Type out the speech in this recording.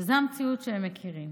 שזו המציאות שהם מכירים.